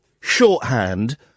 Shorthand